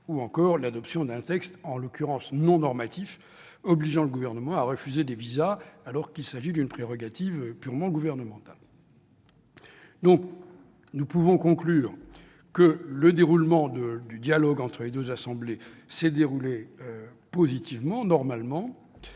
ou encore une disposition, en l'occurrence non normative, obligeant le Gouvernement à refuser des visas, alors qu'il s'agit d'une prérogative purement gouvernementale. Nous pouvons conclure que le dialogue entre les deux assemblées s'est déroulé positivement, normalement,